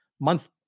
month